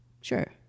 Sure